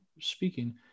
speaking